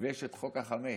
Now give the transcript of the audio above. יש את חוק החמץ,